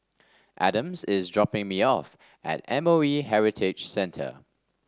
Adams is dropping me off at M O E Heritage Centre